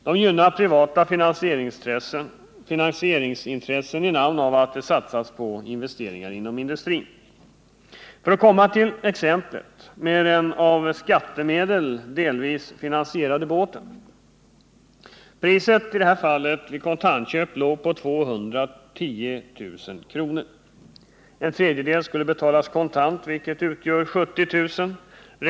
Det gynnar privata finansieringsintressen i namn av att pengarna satsas på investeringar inom industrin. Låt mig komma till exemplet med den av skattemedel delvis finansierade båten. Priset i det här fallet vid kontantköp låg på 210 000 kr. En tredjedel skulle betalas kontant, vilket utgör 70 000 kr.